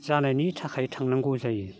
जानायनि थाखाय थांनांगौ जायो